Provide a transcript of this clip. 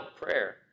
prayer